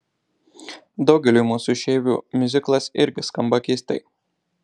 daugeliui mūsų išeivių miuziklas irgi skamba keistai